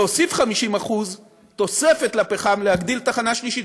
להוסיף 50% תוספת לפחם, להגדיל, תחנה שלישית.